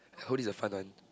so this a fun one